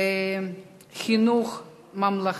אין מתנגדים, אין נמנעים.